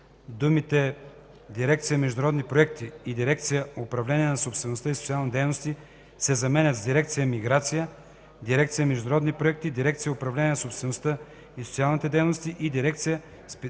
думите „дирекция „Международни проекти” и дирекция „Управление на собствеността и социални дейности” се заменят с „дирекция „Миграция”, дирекция „Международни проекти”, дирекция „Управление на собствеността и социални дейности” и дирекция „Специална